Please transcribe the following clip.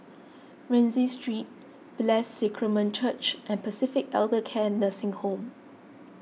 Rienzi Street Blessed Sacrament Church and Pacific Elder Care Nursing Home